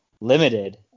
limited